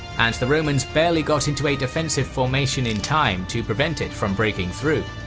and the romans barely got into a defensive formation in time to prevent it from breaking through.